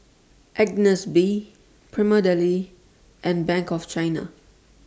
Agnes B Prima Deli and Bank of China